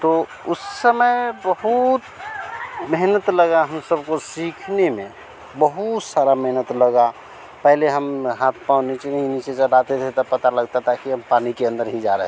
तो उस समय बहूत मेहनत लगा है सबको सीखने में बहूत सारा मेहनत लगा है पहले हम हाथ पाँव निचे नहीं नीचे कर पाते थे तब पता लगता था कि हम पानी के अन्दर ही जा रहे हैं